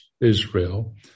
Israel